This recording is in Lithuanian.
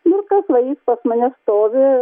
nu ir kas va jis pas mane stovi